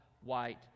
white